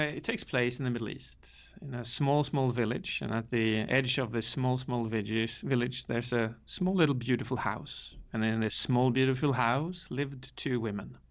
it takes place in the middle east in a small, small village. and at the edge of this small, small veggies village, there's a small little beautiful house. and then a small, beautiful house lived two women.